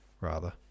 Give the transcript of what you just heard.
Rather